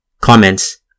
Comments